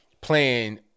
playing